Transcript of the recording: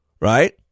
right